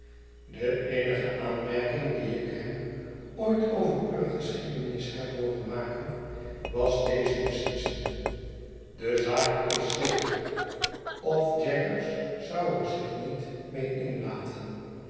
de eenige aanmerking die ik hem ooit over uwe geschiedenis heb hooren maken was deze beslissende de zaak is zeker of jaggers zou er zich niet mee inlaten